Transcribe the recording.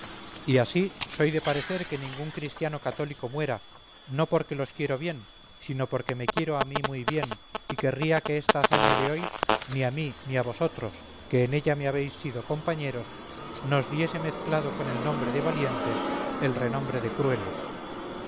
y así soy de parecer que ningún christiano cathólico muera no porque los quiero bien sino porque me quiero a mí muy bien y querría que esta hazaña de hoy ni a mí ni a vosotros que en ella me habéis sido compañeros nos diese mezclado con el nombre de valientes el renombre de crueles